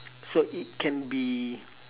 so it can be